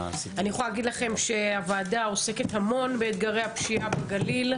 אני יכולה להגיד לכם שהוועדה עוסקת המון באתגרי הפשיעה בגליל,